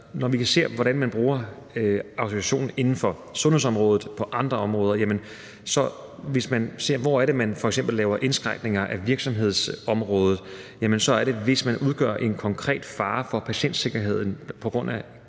Når vi ser på, hvordan man bruger autorisationen inden for sundhedsområdet og på andre områder, og hvis vi ser på, hvor det f.eks. er, der laves indskrænkninger af virksomhedsområdet, så er det, hvis man udgør en konkret fare for patientsikkerheden på grund af